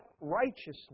righteousness